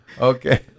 Okay